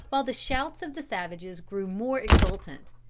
while the shouts of the savages grew more exultant.